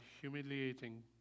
humiliating